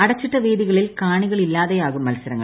അടച്ചിട്ട വേദികളിൽ കാണികളില്ലാതെയാവും മത്സരങ്ങൾ